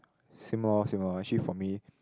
same oh same oh actually for me